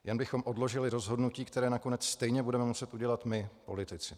Jen bychom odložili rozhodnutí, které nakonec stejně budeme muset udělat my politici.